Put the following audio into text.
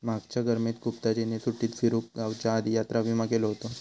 मागच्या गर्मीत गुप्ताजींनी सुट्टीत फिरूक जाउच्या आधी यात्रा विमा केलो हुतो